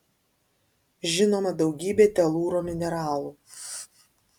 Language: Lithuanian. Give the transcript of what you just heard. žinoma daugybė telūro mineralų